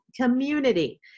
community